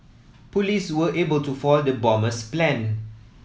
police were able to foil the bomber's plan